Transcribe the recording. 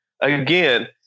again